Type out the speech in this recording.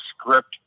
script